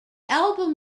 album